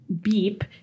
Beep